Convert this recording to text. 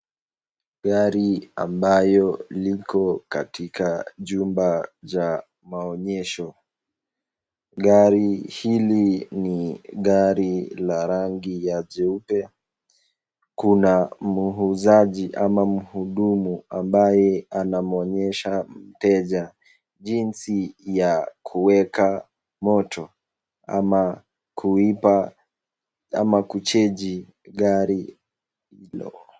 Gari ambayo liko katika chumba cha maonyesho. Gari hili ni gari la rangi ya jeupe. Kuna muuzaji ama mhudumu ambaye anamuonyesha mteja jinsi ya kuweka moto ama kuipa ama kucheji gari hilo.